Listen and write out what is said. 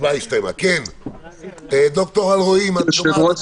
יושב-ראש